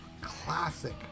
classic